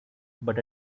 but